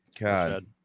god